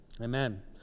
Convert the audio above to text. Amen